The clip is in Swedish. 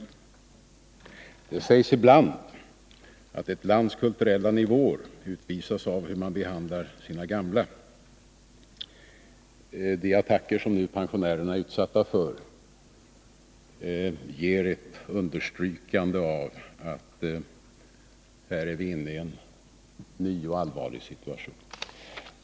Det sägs ibland att ett lands kulturella nivå utvisas av hur man behandlar sina gamla. De attacker som pensionärerna nu är utsatta för innebär ett understrykande av att vi är inne i en ny och allvarlig situation.